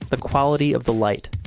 the quality of the light.